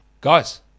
Guys